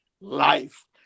life